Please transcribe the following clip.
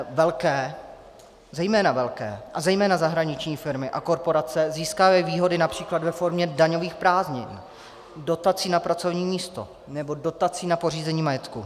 Velké, zejména velké a zejména zahraniční firmy a korporace získávají výhody například ve formě daňových prázdnin, dotací na pracovní místo nebo dotací na pořízení majetku.